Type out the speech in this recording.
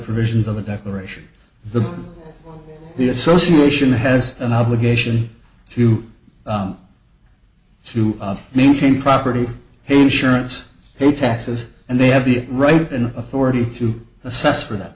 provisions of the declaration the the association has an obligation to to maintain property insurance in taxes and they have the right and authority to assess for that